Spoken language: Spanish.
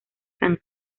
san